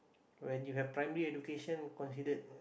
when you have primary education considered